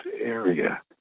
area